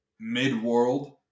mid-world